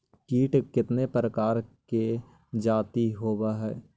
कीट कीतने प्रकार के जाती होबहय?